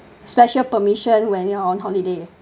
special permission when you're on holiday